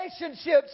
relationships